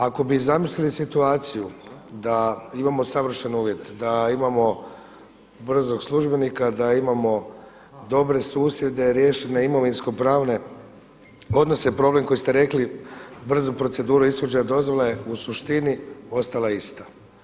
Ako bi zamislili situaciju da imamo savršene uvjete, da imamo brzog službenika, da imamo dobre susjede, riješene imovinsko pravne odnose, problem koji ste rekli brzu proceduru ishođenja dozvole u suštini ostala ista.